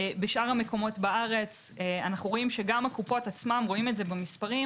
בשאר המקומות בארץ אנו רואים שגם הקופות עצמן רואים את זה במספרים